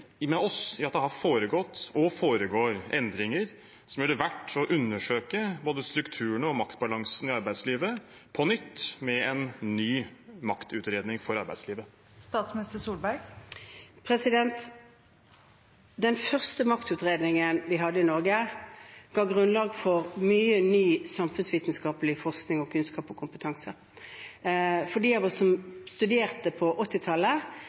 enig med oss i at det har foregått og foregår endringer som gjør det verdt å undersøke både strukturene og maktbalansen i arbeidslivet på nytt, med en ny maktutredning for arbeidslivet? Den første maktutredningen vi hadde i Norge, ga grunnlag for mye ny samfunnsvitenskapelig forskning, kunnskap og kompetanse. For dem av oss som studerte på